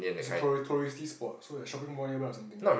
there's a tourist touristy spot so there's shopping mall nearby or something right